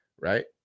right